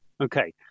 Okay